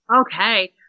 Okay